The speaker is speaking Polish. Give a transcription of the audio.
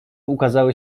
ukazały